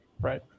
Right